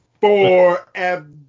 Forever